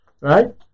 Right